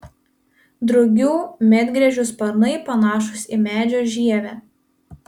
drugių medgręžių sparnai panašūs į medžio žievę